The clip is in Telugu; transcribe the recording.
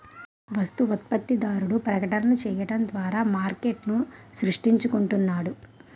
వస్తు ఉత్పత్తిదారుడు ప్రకటనలు చేయడం ద్వారా మార్కెట్ను సృష్టించుకుంటున్నాడు